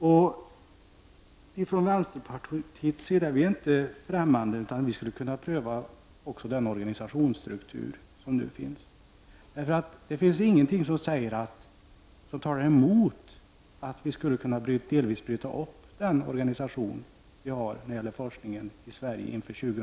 Vi är från vänsterpartiet inte främmande för att pröva också den organisationsstruktur som nu finns. Det finns ingenting som talar emot att vi inför 2000-talet delvis skulle kunna bryta upp den forskningsorganisation som finns i Sverige.